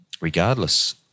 regardless